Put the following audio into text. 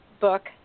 book